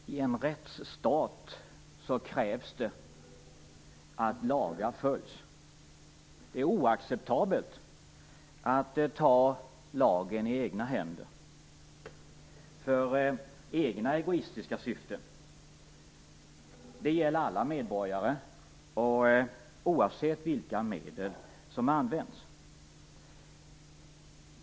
Herr talman! I en rättsstat krävs det att lagar följs. Det är oacceptabelt att ta lagen i egna händer för egna egoistiska syften. Det gäller alla medborgare och oavsett vilka medel som används.